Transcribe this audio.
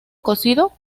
cocido